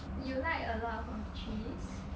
you like a lot of cheese